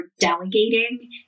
delegating